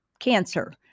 cancer